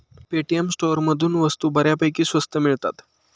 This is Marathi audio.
पेटीएम स्टोअरमधून वस्तू बऱ्यापैकी स्वस्त मिळतात